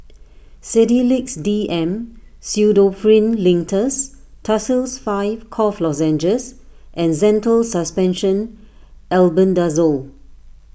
Sedilix D M Pseudoephrine Linctus Tussils five Cough Lozenges and Zental Suspension Albendazole